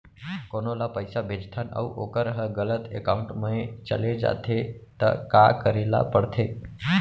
कोनो ला पइसा भेजथन अऊ वोकर ह गलत एकाउंट में चले जथे त का करे ला पड़थे?